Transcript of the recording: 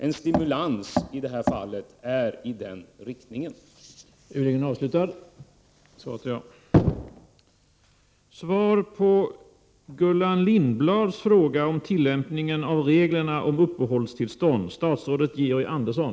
En stimulans i detta fall går i den riktningen.